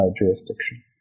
jurisdiction